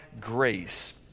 grace